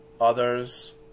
others